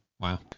Wow